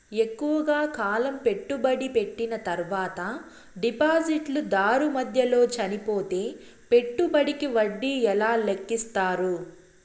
ఎక్కువగా కాలం పెట్టుబడి పెట్టిన తర్వాత డిపాజిట్లు దారు మధ్యలో చనిపోతే పెట్టుబడికి వడ్డీ ఎలా లెక్కిస్తారు?